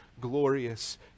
glorious